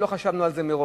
שלא חשבנו על זה מראש,